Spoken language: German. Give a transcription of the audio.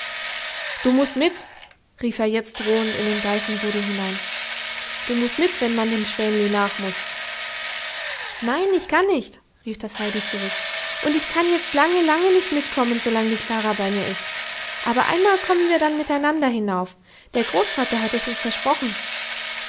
du mußt mit rief er jetzt drohend in den geißenrudel hinein du mußt mit wenn man dem schwänli nachmuß nein ich kann nicht rief das heidi zurück und ich kann jetzt lange lange nicht mitkommen solange die klara bei mir ist aber einmal kommen wir dann miteinander hinauf der großvater hat es uns versprochen